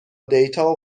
دیتا